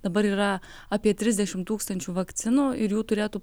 dabar yra apie trisdešim tūkstančių vakcinų ir jų turėtų